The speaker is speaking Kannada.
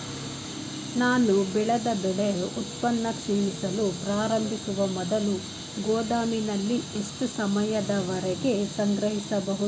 ನಾನು ಬೆಳೆದ ಬೆಳೆ ಉತ್ಪನ್ನ ಕ್ಷೀಣಿಸಲು ಪ್ರಾರಂಭಿಸುವ ಮೊದಲು ಗೋದಾಮಿನಲ್ಲಿ ಎಷ್ಟು ಸಮಯದವರೆಗೆ ಸಂಗ್ರಹಿಸಬಹುದು?